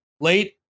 late